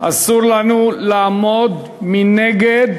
אסור לנו לעמוד מנגד